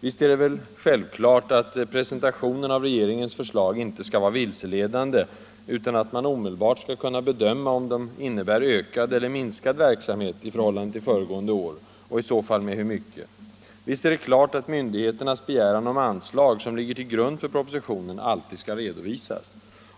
Visst är det väl självklart att presentationen av regeringens förslag inte skall vara vilseledande, utan att man omedelbart skall kunna bedöma om de innebär ökad eller minskad verksamhet i förhållande till föregående år, och i så fall med hur mycket. Visst är det klart att myndigheternas begäran om anslag, som ligger till grund för propositionen, alltid skall redovisas.